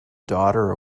daughter